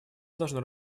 должно